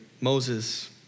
Moses